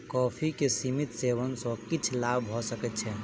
coffee के सीमित सेवन सॅ किछ लाभ भ सकै छै